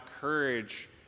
courage